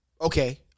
Okay